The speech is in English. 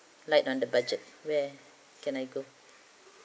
light on the budget where can I go